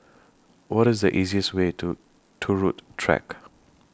What IS The easiest Way to Turut Track